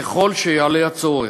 ככל שיעלה הצורך.